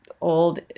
old